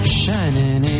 shining